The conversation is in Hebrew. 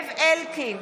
זאב אלקין,